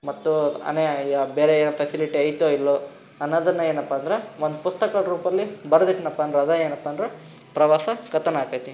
ಮತ್ತು ಅನೆ ಬೇರೆ ಏನೋ ಫೆಸಿಲಿಟಿ ಐತೋ ಇಲ್ಲವೋ ಅನ್ನೋದನ್ನೇನಪ್ಪ ಅಂದ್ರೆ ಒಂದು ಪುಸ್ತಕದ ರೂಪಲ್ಲಿ ಬರ್ದಿಟ್ಟೆನಪ್ಪ ಅಂದ್ರೆ ಅದು ಏನಪ್ಪ ಅಂದ್ರೆ ಪ್ರವಾಸ ಕಥನ ಆಕತಿ